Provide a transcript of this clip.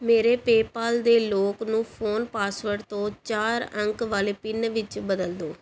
ਮੇਰੇ PayPal ਦੇ lock ਨੂੰ ਫ਼ੋਨ ਪਾਸਵਰਡ ਤੋਂ ਚਾਰ ਅੰਕ ਵਾਲੇ ਪਿੰਨ ਵਿੱਚ ਬਦਲ ਦਿਓ